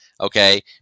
Okay